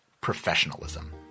professionalism